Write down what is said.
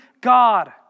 God